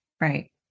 Right